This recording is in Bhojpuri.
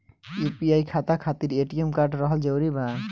यू.पी.आई खाता खातिर ए.टी.एम कार्ड रहल जरूरी बा?